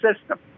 system